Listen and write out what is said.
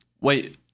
Wait